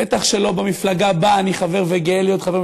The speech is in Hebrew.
בטח שלא בין המפלגה שבה אני חבר וגאה להיות חבר,